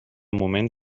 moment